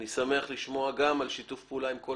אני שמח לשמוע על שיתוף הפעולה עם כל